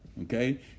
okay